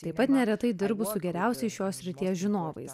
taip pat neretai dirbu su geriausiais šios srities žinovais